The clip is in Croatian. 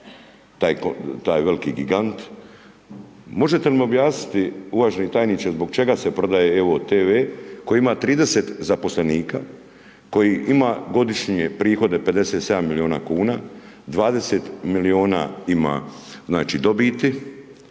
taj veliki gigant. Možete li mi objasniti, uvaženi tajniče, zbog čega se prodaje evo-tv koji ima 30 zaposlenika, koji ima godišnje prihode 57 milijuna kuna, 20 milijuna ima, znači,